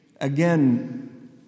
again